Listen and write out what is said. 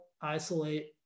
isolate